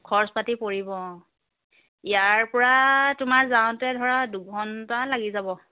খৰচ পাতি পৰিব অঁ ইয়াৰ পৰা তোমাৰ যাওঁতে ধৰা দুঘণ্টা লাগি যাব